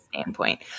Standpoint